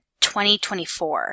2024